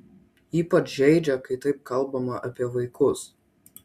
ypač žeidžia kai taip kalbama apie vaikus